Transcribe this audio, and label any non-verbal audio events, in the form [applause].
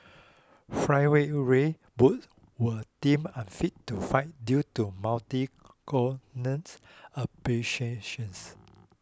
Flyweight Ray Borg was deemed unfit to fight due to [unintelligible] corneals abrasions